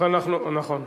נכון.